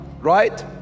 Right